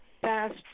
Fast